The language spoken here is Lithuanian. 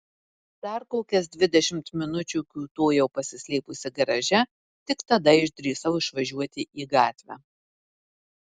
dar kokias dvidešimt minučių kiūtojau pasislėpusi garaže tik tada išdrįsau išvažiuoti į gatvę